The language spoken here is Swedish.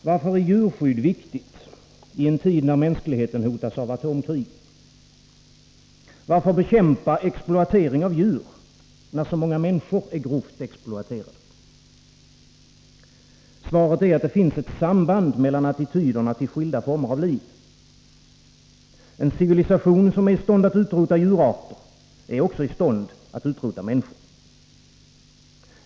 Herr talman! Varför är djurskydd viktigt i en tid, när mänskligheten hotas av atomkrig? Varför bekämpa exploatering av djur, när så många människor är grovt exploaterade? Svaret är, att det finns ett samband mellan attityderna till skilda former av liv. En civilisation som är i stånd att utrota djurarter är också i stånd att utrota människor.